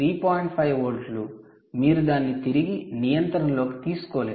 5 వోల్ట్లు మీరు దాన్ని తిరిగి నియంత్రణ లోకి తీసుకోలేరు